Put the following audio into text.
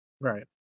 Right